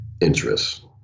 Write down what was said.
interests